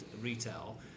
retail